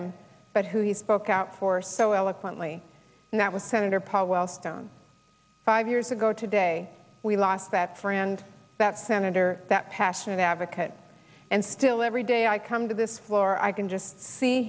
him but who he spoke out for so eloquently and that was senator paul wellstone five years ago today we lost that friend that senator that passionate advocate and still every day i come to this floor i can just see